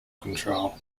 control